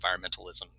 environmentalism